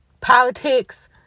Politics